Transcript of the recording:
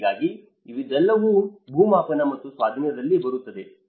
ಹಾಗಾಗಿ ಇದೆಲ್ಲವೂ ಭೂಮಾಪನ ಮತ್ತು ಸ್ವಾಧೀನದಲ್ಲಿ ಬರುತ್ತದೆ